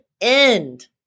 end